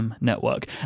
network